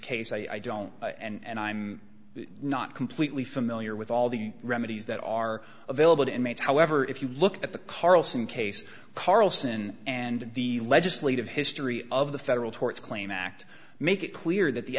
case i don't and i'm not completely familiar with all the remedies that are available to inmates however if you look at the carlson case carlson and the legislative history of the federal tort claims act make it clear that the